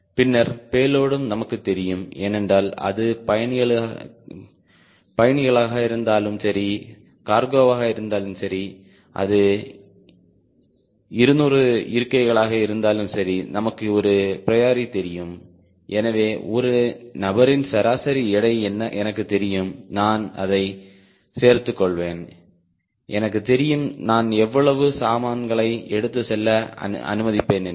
பின்னர் பேலோடும் நமக்குத் தெரியும் ஏனென்றால் அது பயணிகளாக இருந்தாலும் சரி கார்கோவாக இருந்தாலும் சரி அது 200 இருக்கைகளாக இருந்தால் சரி நமக்கு ஒரு ப்ரியோரி தெரியும் எனவே ஒரு நபரின் சராசரி எடை எனக்குத் தெரியும் நான் அதைச் சேர்த்துக் கொள்வேன் எனக்கு தெரியும் நான் எவ்வளவு சாமான்களை எடுத்துச் செல்ல அனுமதிப்பேன் என்று